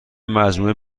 مجموعه